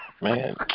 Man